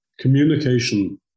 Communication